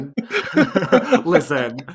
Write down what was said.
listen